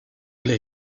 l’ai